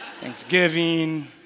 Thanksgiving